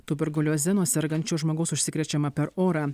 tuberkulioze nuo sergančio žmogaus užsikrečiama per orą